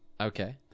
Okay